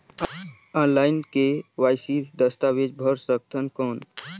Online KYC दस्तावेज भर सकथन कौन?